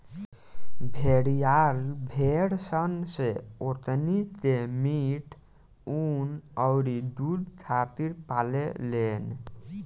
भेड़िहार भेड़ सन से ओकनी के मीट, ऊँन अउरी दुध खातिर पाले लेन